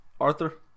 Arthur